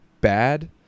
bad